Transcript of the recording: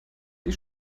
die